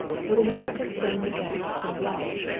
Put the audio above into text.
would america stand the gaff so well?